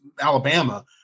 Alabama